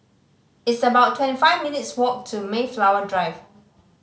it's about twenty five minutes' walk to Mayflower Drive